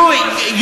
אדוני היושב-ראש,